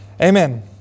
Amen